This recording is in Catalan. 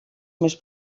més